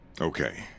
okay